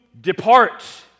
depart